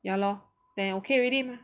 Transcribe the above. ya lor then okay already mah